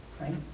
right